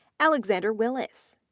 alexander willis,